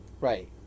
Right